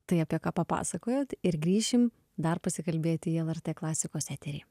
tai apie ką papasakojot ir grįšim dar pasikalbėti į lrt klasikos eterį